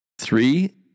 Three